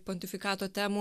pontifikato temų